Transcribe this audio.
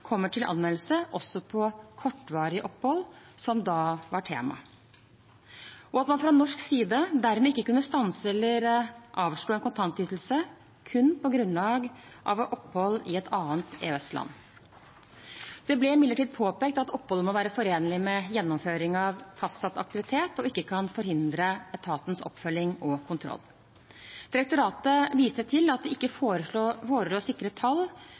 kommer til anvendelse også på kortvarige opphold, som da var temaet, og at man fra norsk side dermed ikke kunne stanse eller avslå en kontantytelse kun på grunnlag av opphold i et annet EØS-land. Det ble imidlertid påpekt at oppholdet må være forenlig med gjennomføring av fastsatt aktivitet og ikke kan forhindre etatens oppfølging og kontroll. Direktoratet viste til at det ikke forelå sikre tall